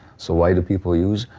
so why do people use,